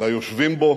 ליושבים בו